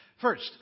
First